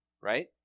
right